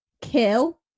Kill